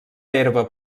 herba